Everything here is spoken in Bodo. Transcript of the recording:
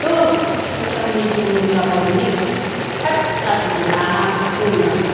थु बैसागुनि जौ लोंलाबायहैनो थोत लासिंसिं थाङाहां होनो आङो